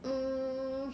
um